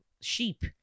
sheep